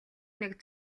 нэг